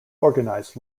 organized